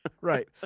Right